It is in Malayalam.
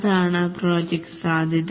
അതാണ് പ്രോജക്ട് സാധ്യത